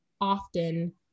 often